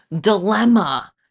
dilemma